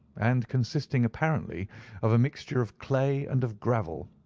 and consisting apparently of a mixture of clay and of gravel.